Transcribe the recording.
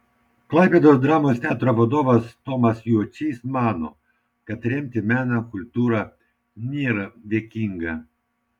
klaipėdos dramos teatro vadovas tomas juočys mano kad remti meną kultūrą nėra dėkinga